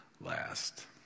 last